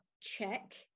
check